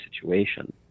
situation